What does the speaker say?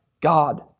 God